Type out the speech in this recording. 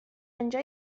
آنجا